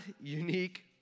unique